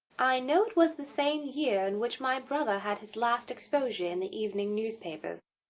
i know it was the same year in which my brother had his last exposure in the evening newspapers.